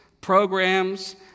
programs